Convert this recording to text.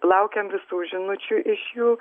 laukiam visų žinučių iš jų